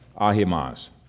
Ahimaaz